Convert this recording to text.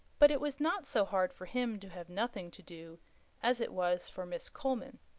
but it was not so hard for him to have nothing to do as it was for miss coleman.